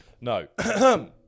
No